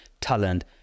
talent